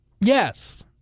Yes